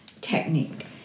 technique